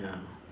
ya